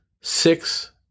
Six